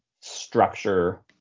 structure